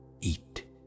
eat